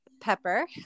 pepper